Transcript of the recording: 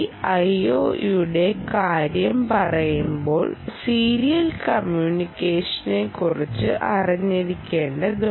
IO യുടെ കാര്യം പറയുമ്പോൾ സീരിൽ കമ്മ്യൂണിക്കേഷനെ കുറിച്ച് അറിഞ്ഞിരിക്കേണ്ടതുണ്ട്